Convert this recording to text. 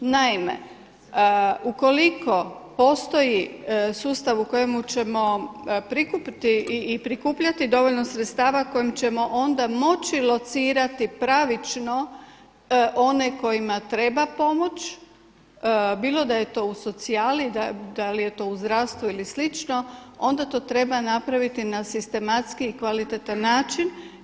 Naime, ukoliko postoji sustav u kojemu ćemo prikupiti i prikupljati dovoljno sredstava kojim ćemo onda moći locirati pravično one kojima treba pomoć, bilo da je to u socijali, da li je to u zdravstvu ili slično, onda to treba napraviti na sistematski i kvalitetan način.